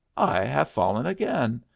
i have fallen again!